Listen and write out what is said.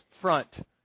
front